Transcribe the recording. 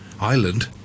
Island